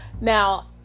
Now